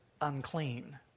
unclean